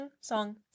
song